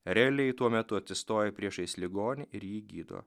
realiai tuo metu atsistojo priešais ligonį ir jį gydo